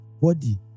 body